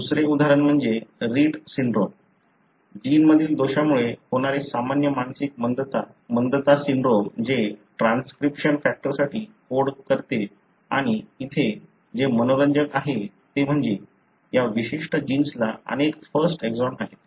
दुसरे उदाहरण म्हणजे रिट सिंड्रोम जिनमधील दोषामुळे होणारे सामान्य मानसिक मंदता सिंड्रोम जे ट्रान्सक्रिप्शन फॅक्टरसाठी कोड करते आणि येथे जे मनोरंजक आहे ते म्हणजे या विशिष्ट जिन्सला अनेक फर्स्ट एक्सॉन आहेत